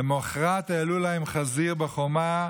למוחרת העלו להם חזיר בחומה.